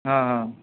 हां हां